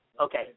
Okay